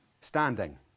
standing